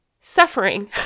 Suffering